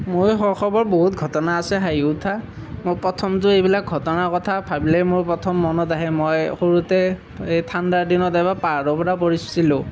মোৰ শৈশৱৰ বহুত ঘটনা আছে হাঁহি উঠা মোৰ প্ৰথমটো এইবিলাক ঘটনাৰ কথা ভাবিলেই মোৰ প্ৰথম মনত আহে মই সৰুতে এই ঠাণ্ডা দিনত এবাৰ পাহাৰৰ পৰা পৰিছিলোঁ